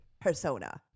persona